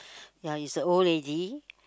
ya it's a old lady